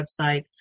website